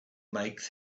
make